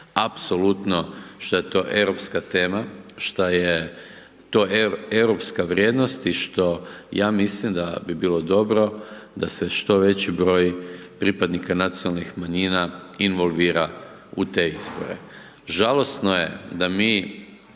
apsolutno što je to europska tema, šta je to europska vrijednost i što ja mislim da bi bilo dobro da se što veći broj pripadnika nacionalnih manjina involvira u te izbore. Žalosno je da mi